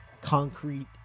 Concrete